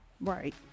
Right